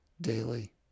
daily